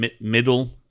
middle